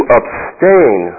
abstain